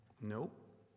Nope